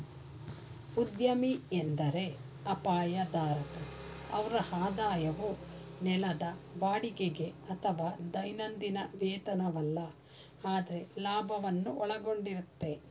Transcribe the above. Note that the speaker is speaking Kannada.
ಉದ್ಯಮಿ ಎಂದ್ರೆ ಅಪಾಯ ಧಾರಕ ಅವ್ರ ಆದಾಯವು ನೆಲದ ಬಾಡಿಗೆಗೆ ಅಥವಾ ದೈನಂದಿನ ವೇತನವಲ್ಲ ಆದ್ರೆ ಲಾಭವನ್ನು ಒಳಗೊಂಡಿರುತ್ತೆ